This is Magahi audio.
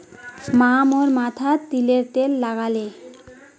माँ मोर माथोत तिलर तेल लगाले